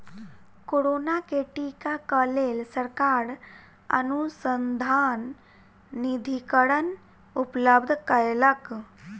corona के टीका क लेल सरकार अनुसन्धान निधिकरण उपलब्ध कयलक